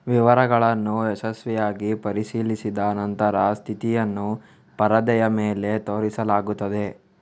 ವಿವರಗಳನ್ನು ಯಶಸ್ವಿಯಾಗಿ ಪರಿಶೀಲಿಸಿದ ನಂತರ ಸ್ಥಿತಿಯನ್ನು ಪರದೆಯ ಮೇಲೆ ತೋರಿಸಲಾಗುತ್ತದೆ